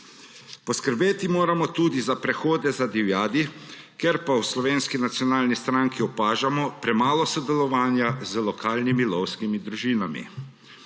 Poskrbeti moramo tudi za prehode za divjadi, kjer pa v Slovenski nacionalni stranki opažamo premalo sodelovanja z lokalnimi lovskimi družinami.